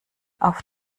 auf